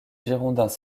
girondins